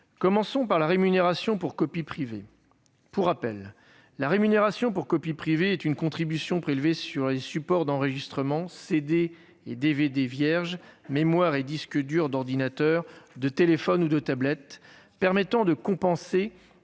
Commençons par la rémunération pour copie privée. Pour rappel, celle-ci est une contribution prélevée sur les supports d'enregistrement- CD et DVD vierges, mémoires et disques durs d'ordinateur, de téléphone ou de tablette -permettant de compenser